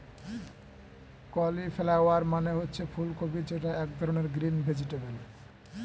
cauliflower মানে হচ্ছে ফুলকপি যেটা এক ধরনের গ্রিন ভেজিটেবল